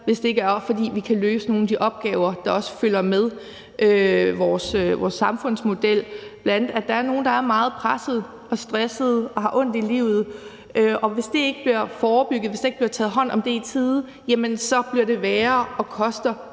hvis ikke det er, fordi vi kan løse nogle af de opgaver, der også følger med vores samfundsmodel. Bl.a. er der nogle, der er meget pressede og stressede og har ondt i livet, og hvis ikke det bliver forebygget, og hvis ikke der bliver taget hånd om det i tide, bliver det værre og koster